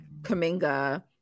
Kaminga